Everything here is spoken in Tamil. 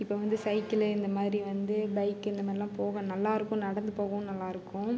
இப்போ வந்து சைக்கிளு இந்த மாதிரி வந்து பைக் இந்த மாதிரிலாம் போக நல்லாயிருக்கும் நடந்து போகவும் நல்லாயிருக்கும்